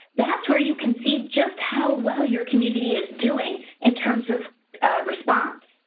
that's where you can see just how well your community is doing in terms of response.